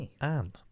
Anne